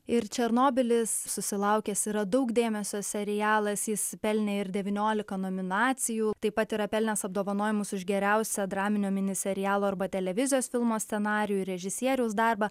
ir černobylis susilaukęs yra daug dėmesio serialas jis pelnė ir devyniolika nominacijų taip pat yra pelnęs apdovanojimus už geriausią draminio mini serialo arba televizijos filmo scenarijų ir režisieriaus darbą